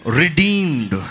redeemed